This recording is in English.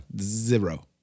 zero